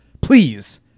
Please